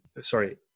sorry